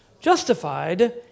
Justified